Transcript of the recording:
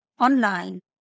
online